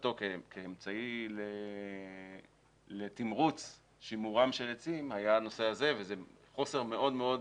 בשעתו כאמצעי לתמרוץ שימורם של עצים היה הנושא הזה וזה חוסר מאוד מאוד